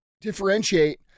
differentiate